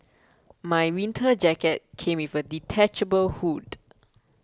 my winter jacket came with a detachable hood